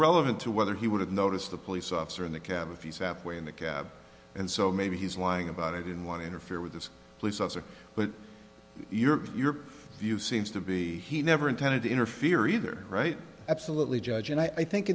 relevant to whether he would have noticed the police officer in the cab of his half way in the cab and so maybe he's lying about i didn't want to interfere with the police officer but you're your view seems to be he never intended to interfere either right absolutely judge and i think